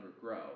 grow